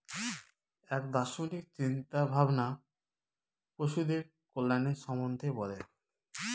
এক দার্শনিক চিন্তা ভাবনা পশুদের কল্যাণের সম্বন্ধে বলে